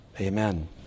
Amen